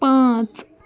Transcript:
پانٛژھ